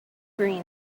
green